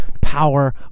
power